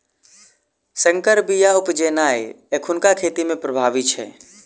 सँकर बीया उपजेनाइ एखुनका खेती मे प्रभावी छै